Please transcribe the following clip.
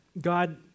God